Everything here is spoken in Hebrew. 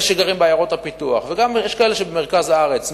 אלה שגרים בעיירות הפיתוח וגם יש כאלה במרכז הארץ.